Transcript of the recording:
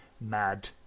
mad